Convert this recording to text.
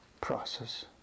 process